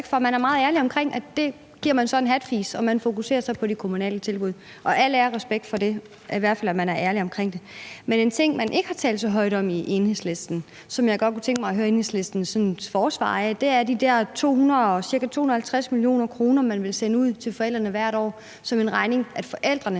for – meget ærlig om, at det giver man så ikke en hatfis for, og man fokuserer så på de kommunale tilbud, og al ære og respekt for det, i hvert fald at man er ærlig om det. Men en ting, man ikke har talt så højt om i Enhedslisten, som jeg godt kunne tænke mig at høre Enhedslistens forsvar af, er de der ca. 250 mio. kr., man vil sende ud til forældrene hvert år som en regning, som forældrene